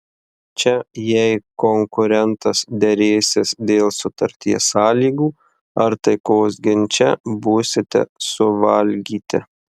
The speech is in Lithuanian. čia jei konkurentas derėsis dėl sutarties sąlygų ar taikos ginče būsite suvalgyti